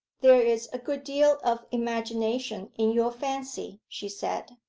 there is a good deal of imagination in your fancy she said.